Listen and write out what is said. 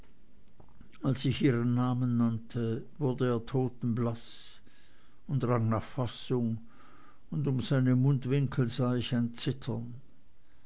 als ich ihren namen nannte wurde er totenblaß und rang nach fassung und um seine mundwinkel sah ich ein zittern